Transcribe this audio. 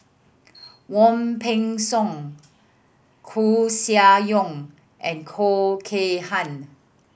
Wong Peng Soon Koeh Sia Yong and Khoo Kay Hian